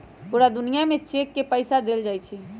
पूरा दुनिया में चेक से पईसा देल जा सकलई ह